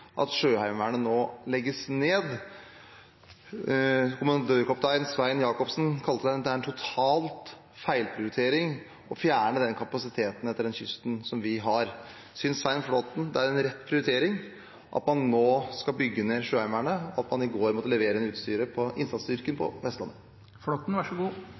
at Sjøheimevernet nå legges ned? Kommandørkaptein Svein Jacobsen kalte det en total feilprioritering å fjerne den kapasiteten med den kysten som vi har. Synes Svein Flåtten det er en rett prioritering at man nå skal bygge ned Sjøheimevernet, og at man i går måtte levere inn utstyret for innsatsstyrken på